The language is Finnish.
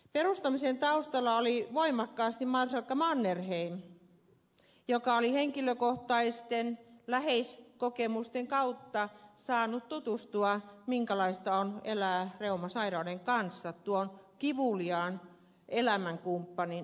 perustamisen taustalla oli voimakkaasti marsalkka mannerheim joka oli henkilökohtaisten läheiskokemusten kautta saanut tutustua minkälaista on elää reumasairauden kanssa tuon kivuliaan elämänkumppanin kanssa